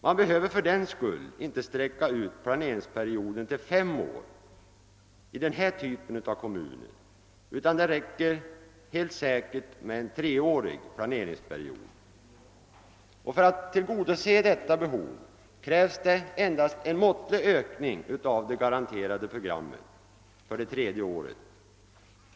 Man behöver fördenskull inte sträcka ut planeringsperioden till fem år i denna typ av kommuner, utan det räcker helt säkert med tre år. För att tillgodose dett: behov krävs det endast en måttlig öl ning av det garanterade programme för det tredje året.